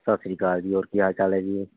ਸਤਿ ਸ਼੍ਰੀ ਅਕਾਲ ਜੀ ਹੋਰ ਕੀ ਹਾਲ ਚਾਲ ਹੈ ਜੀ